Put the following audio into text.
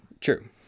True